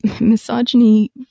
misogyny